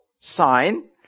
sign